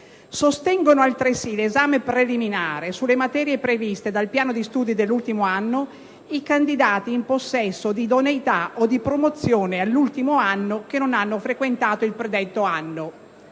''Sostengono altresì l'esame preliminare, sulle materie previste dal piano di studi dell'ultimo anno, i candidati in possesso di idoneità o di promozione all'ultimo anno che non hanno frequentato il predetto anno